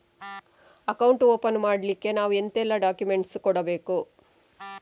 Account open ಮಾಡ್ಲಿಕ್ಕೆ ನಾವು ಎಂತೆಲ್ಲ ಡಾಕ್ಯುಮೆಂಟ್ಸ್ ಕೊಡ್ಬೇಕು?